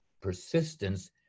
persistence